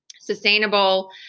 sustainable